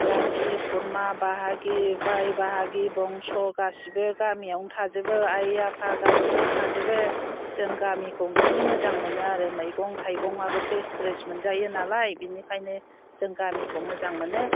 जाथि खुरमा बाहागि बाय बाहागि बंस' गासैबो गामियावनो थाजोबो आइ आफा गासैबो थाजोबो जों गामिखौ ओंखायनो मोजां मोनो आरो मैगं थाइगङाबो फ्रेस फ्रेस मोनजायो नालाय बेनिखायनो जों गामिखौ मोजां मोनो